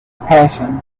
passion